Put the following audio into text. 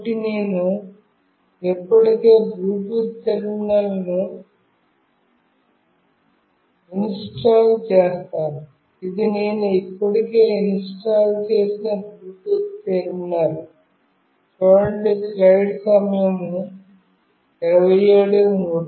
కాబట్టి నేను ఇప్పటికే బ్లూటూత్ టెర్మినల్ను ఇన్స్టాల్ చేసాను ఇది నేను ఇప్పటికే ఇన్స్టాల్ చేసిన బ్లూటూత్ టెర్మినల్